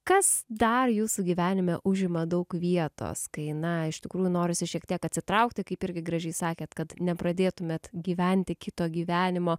kas dar jūsų gyvenime užima daug vietos kai na iš tikrųjų norisi šiek tiek atsitraukti kaip irgi gražiai sakėt kad nepradėtumėt gyventi kito gyvenimo